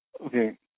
Okay